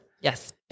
Yes